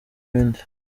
ibindi